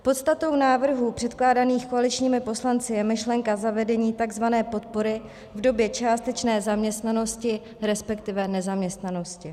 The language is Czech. Podstatou návrhů předkládaných koaličními poslanci je myšlenka zavedení takzvané podpory v době částečné zaměstnanosti, respektive nezaměstnanosti.